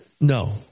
No